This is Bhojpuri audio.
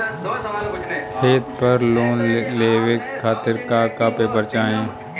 खेत पर लोन लेवल खातिर का का पेपर चाही?